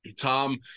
Tom